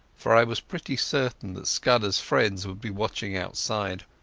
for i was pretty certain that scudderas friends would be watching outside.